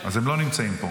אז הם לא נמצאים פה,